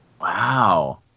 Wow